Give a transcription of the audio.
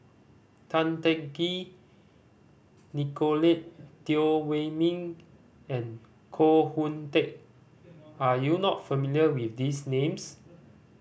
Tan Teng Kee Nicolette Teo Wei Min and Koh Hoon Teck are you not familiar with these names